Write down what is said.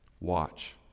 watch